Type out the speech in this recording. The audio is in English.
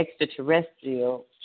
extraterrestrial